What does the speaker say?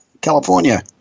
California